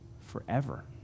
forever